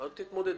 תתמודדו.